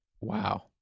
Wow